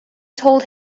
told